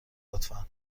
لطفا